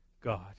God